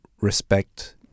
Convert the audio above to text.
respect